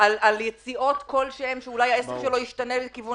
על יציאות כלשהן שבהן העסק שלו ישתנה לכיוון